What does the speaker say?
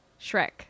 shrek